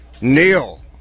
Neil